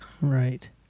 Right